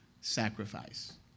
sacrifice